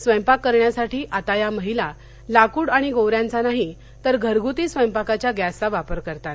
स्वैपाक करण्यासाठी आता या महिला लाकूड आणि गोवऱ्याचा नाही तर घरगुती स्वैपाकाच्या गॅसचा वापर करतात